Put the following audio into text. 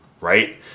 right